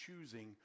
choosing